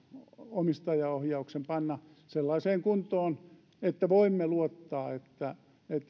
omistajaohjauksen panna sellaiseen kuntoon että voimme luottaa että